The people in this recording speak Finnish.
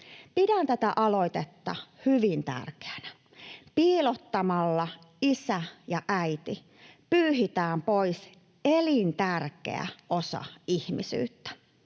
Pidän tätä aloitetta hyvin tärkeänä. Piilottamalla ”isä” ja ”äiti” pyyhitään pois elintärkeä osa ihmisyyttä.